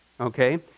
Okay